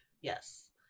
yes